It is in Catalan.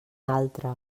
altre